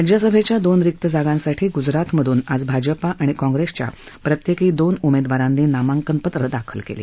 राज्यसभेच्या दोन रिक्त जागांसाठी गुजरातमधून आज भाजपा आणि काँग्रेसच्या प्रत्येकी दोन उमेदवारांनी नामांकन पत्र दाखल केली